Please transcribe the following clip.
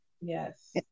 Yes